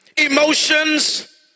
emotions